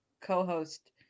co-host